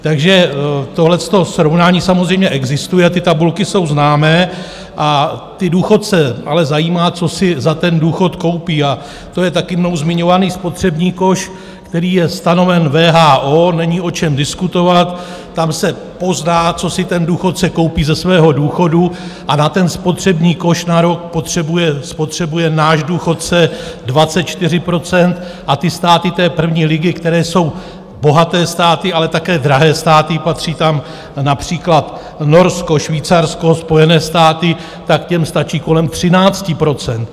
Takže tohle to srovnání samozřejmě existuje a ty tabulky jsou známé a ty důchodce ale zajímá, co si za ten důchod koupí, a to je taky mnou zmiňovaný spotřební koš, který je stanoven WHO, není o čem diskutovat, tam se pozná, co si ten důchodce koupí ze svého důchodu, a na ten spotřební koš na rok spotřebuje náš důchodce 24 % a státy té první ligy, které jsou bohaté státy, ale také drahé státy patří tam například Norsko, Švýcarsko, Spojené státy tak těm stačí kolem 13 %.